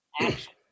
action